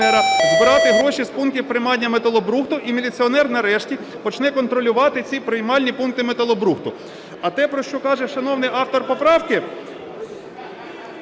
збирати гроші з пунктів приймання металобрухту і міліціонер нарешті почне контролювати ці приймальні пункти металобрухту. А те, про що каже шановний автор поправки…